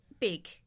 Big